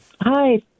Hi